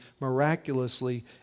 miraculously